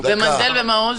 ומנדל ומעוז?